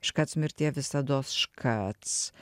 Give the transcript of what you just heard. škac mirtie visados škac